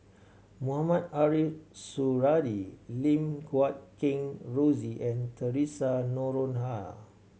Mohamed Ariff Suradi Lim Guat Kheng Rosie and Theresa Noronha